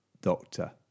doctor